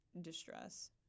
distress